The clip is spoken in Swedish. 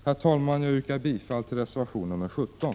Jag yrkar bifall till reservation 17.